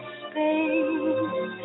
space